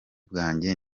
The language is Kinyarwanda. bwanjye